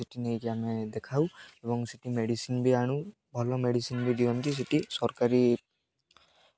ପଶୁପକ୍ଷୀମାନଙ୍କର ସେଠି ନେଇକି ଆମେ ଦେଖାଉ ଏବଂ ସେଠି ମେଡ଼ିସିନ୍ ବି ଆଣୁ ଭଲ ମେଡ଼ିସିନ୍ ବି ଦିଅନ୍ତି ସେଠି ସରକାରୀ